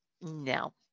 no